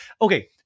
Okay